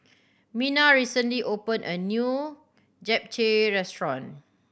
Mena recently opened a new Japchae Restaurant